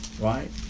Right